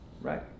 Right